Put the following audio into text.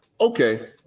okay